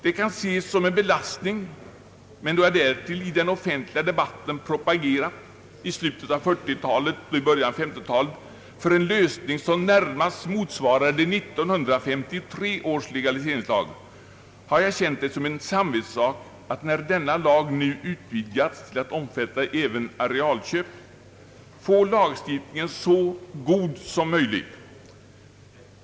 Detta kan ses som en belastning, men då jag därtill i den offentliga debatten i slutet av 1940-talet och början av 1950-talet propagerade för en lösning som närmast motsvarade 1953 års legaliseringslag har jag känt det som en samvetssak att, när denna lag nu utvidgas till att omfatta även arealköp, få lagstiftningen så god som möjligt.